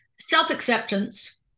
self-acceptance